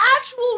actual